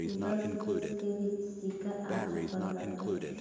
दस बीस के भी सिक्का आ चूकल बाटे